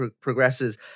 progresses